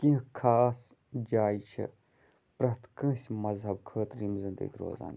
کیٚنٛہہ خاص جایہِ چھِ پرٛیٚتھ کٲنٛسہِ مذہب خٲطرٕ یِم زَن تہِ ییٚتہِ روزان چھِ